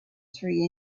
three